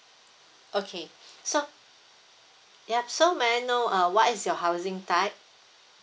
okay so yup so may I know uh what is your housing type